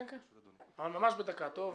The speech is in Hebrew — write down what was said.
כן כן, אבל ממש בדקה, טוב?